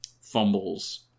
fumbles